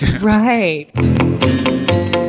right